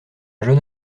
jeune